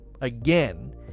again